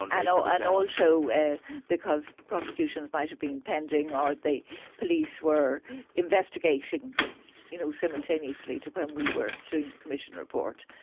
and you know and also ah because prosecutions might have been pending or the police were investigating you know simultaneously to when we were doing the commission report.